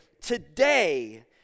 today